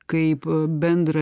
kaip bendrą